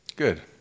good